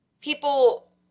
people